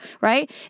Right